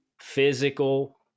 physical